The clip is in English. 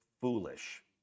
foolish